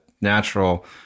natural